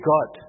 God